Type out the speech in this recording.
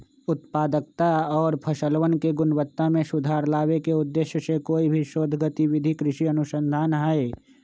उत्पादकता और फसलवन के गुणवत्ता में सुधार लावे के उद्देश्य से कोई भी शोध गतिविधि कृषि अनुसंधान हई